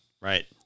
Right